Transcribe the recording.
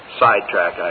sidetrack